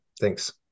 Thanks